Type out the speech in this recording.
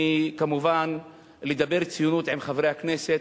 כמובן, מלדבר ציונות עם חברי הכנסת,